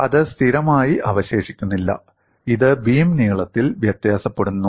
അത് സ്ഥിരമായി അവശേഷിക്കുന്നില്ല ഇത് ബീം നീളത്തിൽ വ്യത്യാസപ്പെടുന്നു